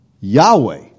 Yahweh